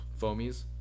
foamies